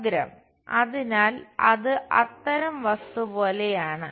അഗ്രം അതിനാൽ ഇത് അത്തരം വസ്തു പോലെയാണ്